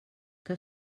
que